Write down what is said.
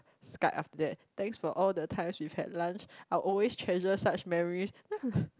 Skype after that thanks all the times we had lunch I will always treasure such memories then I'm like